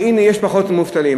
שהנה יש פחות מובטלים.